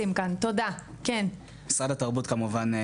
כמובן,